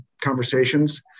conversations